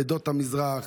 עדות המזרח,